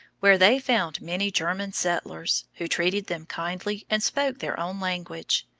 where they found many german settlers, who treated them kindly and spoke their own language.